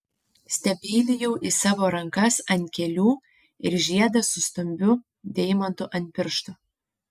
stebeilijau į savo rankas ant kelių ir žiedą su stambiu deimantu ant piršto